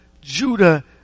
Judah